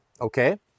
Okay